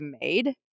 made